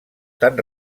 tan